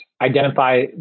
Identify